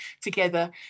together